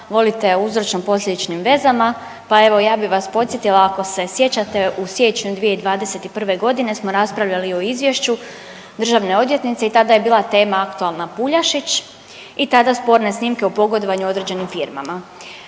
volite o uzročno-posljedičnim vezama, pa evo ja bih vas podsjetila ako se sjećate u siječnju 2021. godine smo raspravljali o izvješću državne odvjetnice i tada je bila tema aktualna Puljašić i tada sporne snimke o pogodovanju određenim firmama.